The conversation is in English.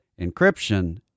encryption